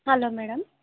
hello madam